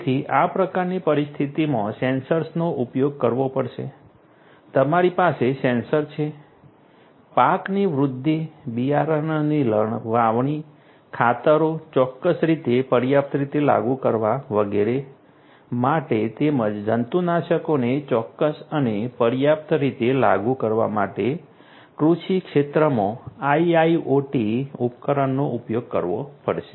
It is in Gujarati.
તેથી આ પ્રકારની પરિસ્થિતિમાં સેન્સર્સનો ઉપયોગ કરવો પડશે તમારી પાસે સેન્સર છે પાકની વૃદ્ધિ બિયારણની વાવણી ખાતરો ચોક્કસ રીતે પર્યાપ્ત રીતે લાગુ કરવા વગેરે માટે તેમજ જંતુનાશકોને ચોક્કસ અને પર્યાપ્ત રીતે લાગુ કરવા માટે કૃષિ ક્ષેત્રમાં IIoT ઉપકરણોનો ઉપયોગ કરવો પડશે